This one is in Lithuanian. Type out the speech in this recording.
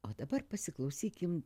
o dabar pasiklausykim